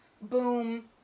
Boom